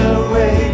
away